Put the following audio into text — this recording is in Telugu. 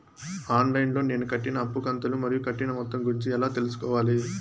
ఆన్ లైను లో నేను కట్టిన అప్పు కంతులు మరియు కట్టిన మొత్తం గురించి ఎలా తెలుసుకోవాలి?